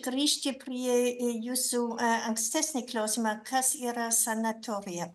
grįžti prie jūsų ankstesnį klausimą kas yra sanatorija